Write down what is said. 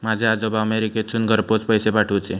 माझे आजोबा अमेरिकेतसून घरपोच पैसे पाठवूचे